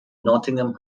nottingham